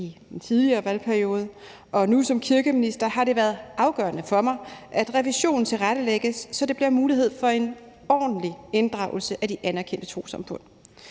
i en tidligere valgperiode og nu som kirkeminister har det været afgørende for mig, at revisionen tilrettelægges, så der bliver mulighed for en ordentlig inddragelse af de anerkendte trossamfund.